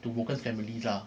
to broken families lah